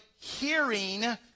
hearing